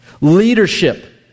Leadership